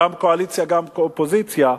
גם קואליציה גם אופוזיציה,